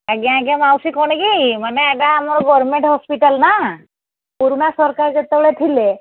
ଆଜ୍ଞା ଆଜ୍ଞା ମାଉସୀ କ'ଣ କି ମାନେ ଏଇଟା ଆମର ଗର୍ମେଣ୍ଟ ହସ୍ପିଟାଲ୍ ନା ପୁରୁଣା ସରକାର ଯେତେବେଳେ ଥିଲେ